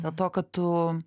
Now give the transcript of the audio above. dėl to kad tu